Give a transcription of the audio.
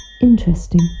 interesting